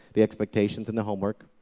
the expectations, and the homework.